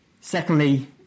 Secondly